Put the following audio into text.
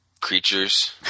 creatures